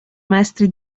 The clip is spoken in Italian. maestri